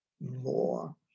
more